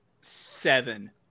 Seven